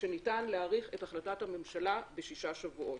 שניתן להאריך את החלטת הממשלה בשישה שבועות.